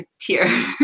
tier